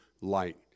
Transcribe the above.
light